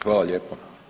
Hvala lijepa.